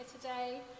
today